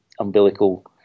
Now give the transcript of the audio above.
umbilical